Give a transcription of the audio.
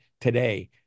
today